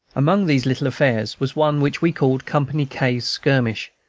among these little affairs was one which we called company k's skirmish,